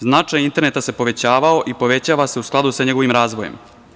Značaj interneta se povećavao i povećava se u skladu sa njegovim razvojem.